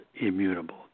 immutable